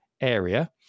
area